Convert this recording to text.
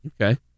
Okay